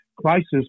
crisis